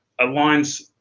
aligns